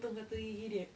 potong satu gigi dia